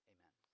Amen